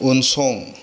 उनसं